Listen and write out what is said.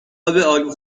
الو